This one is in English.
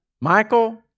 Michael